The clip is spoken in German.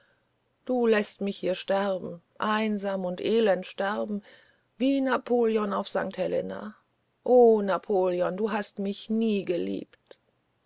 du läßt mich hier sterben einsam und elend sterben wie napoleon auf sankt helena o napoleon du hast mich nie geliebt